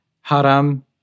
Haram